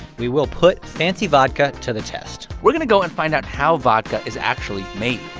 we will put fancy vodka to the test we're going to go and find out how vodka is actually made.